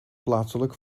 plaatselijk